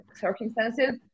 circumstances